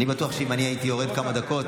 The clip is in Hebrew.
אני בטוח שאם אני הייתי יורד כמה דקות